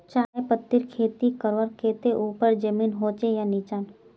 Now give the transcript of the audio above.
चाय पत्तीर खेती करवार केते ऊपर जमीन होचे या निचान?